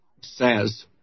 says